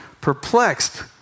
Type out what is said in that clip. Perplexed